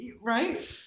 Right